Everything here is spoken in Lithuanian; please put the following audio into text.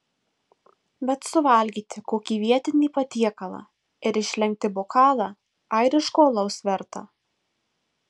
bet suvalgyti kokį vietinį patiekalą ir išlenkti bokalą airiško alaus verta